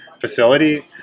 facility